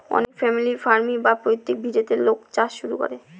অনেক family farm বা পৈতৃক ভিটেতে লোক চাষ শুরু করে